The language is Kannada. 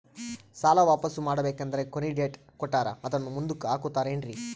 ಸಾಲ ವಾಪಾಸ್ಸು ಮಾಡಬೇಕಂದರೆ ಕೊನಿ ಡೇಟ್ ಕೊಟ್ಟಾರ ಅದನ್ನು ಮುಂದುಕ್ಕ ಹಾಕುತ್ತಾರೇನ್ರಿ?